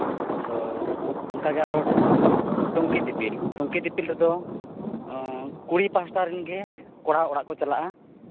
ᱟᱫᱚ ᱚᱱᱠᱟ ᱜᱮ ᱟᱨᱚ ᱴᱩᱝᱠᱤ ᱫᱤᱯᱤᱞ ᱴᱩᱝᱠᱤ ᱫᱤᱯᱤᱞ ᱨᱮᱫᱚ ᱠᱩᱲᱤ ᱯᱟᱦᱴᱟ ᱨᱮᱱ ᱜᱮ ᱠᱚᱲᱟ ᱚᱲᱟᱜ ᱠᱚ ᱪᱟᱞᱟᱜᱼᱟ